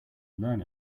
learn